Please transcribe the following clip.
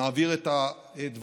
ונעביר את הדברים